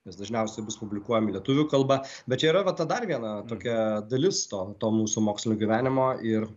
nes dažniausiai bus publikuojami lietuvių kalba bet čia yra va ta dar viena tokia dalis to to mūsų mokslinio gyvenimo ir